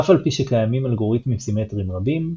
אף על פי שקיימים אלגוריתמים סימטריים רבים,